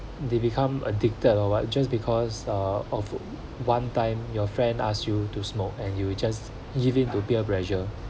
they become addicted or what just because ah offer one time your friend ask you to smoke and you just give in to peer pressure